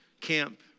camp